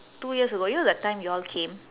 two years ago you know that time you all came